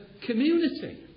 community